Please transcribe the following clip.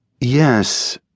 Yes